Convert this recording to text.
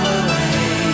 away